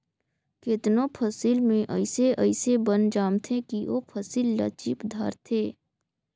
केतनो फसिल में अइसे अइसे बन जामथें कि ओ फसिल ल चीप धारथे